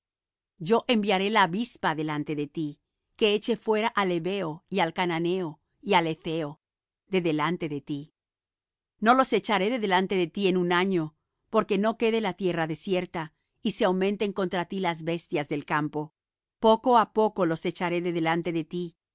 yo enviaré la avispa delante de ti que eche fuera al heveo y al cananeo y al hetheo de delante de ti no los echaré de delante de ti en un año porque no quede la tierra desierta y se aumenten contra ti las bestias del campo poco á poco los echaré de delante de ti